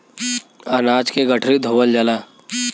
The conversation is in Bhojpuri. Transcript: अनाज के गठरी धोवल जाला